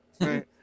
right